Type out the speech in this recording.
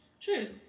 True